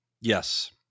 Yes